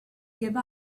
give